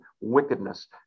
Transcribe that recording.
wickedness